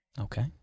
Okay